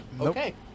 Okay